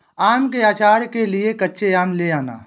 आम के आचार के लिए कच्चे आम ले आना